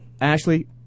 Ashley